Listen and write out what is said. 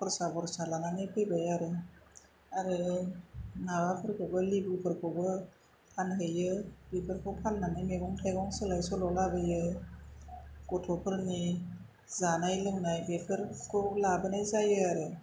खरसा बरसा लानानै फैबाय आरो आरो माबाफोरखौ लिबुफोरखौबो फानहैयो बिफोरखौ फाननानै मैगं थाइगं सोलाय सोल' लाबोयो गथ'फोरनि जानाय लोंनाय बेफोरखौ लाबोनाय जायो आरो